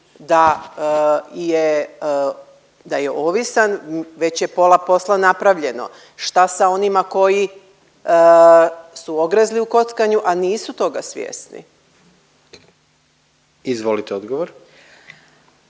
da je ovisan već je pola posla napravljeno. Šta sa onima koji su ogrezli u kockanju, a nisu toga svjesni? **Jandroković,